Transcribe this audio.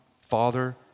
Father